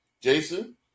Jason